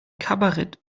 kabarett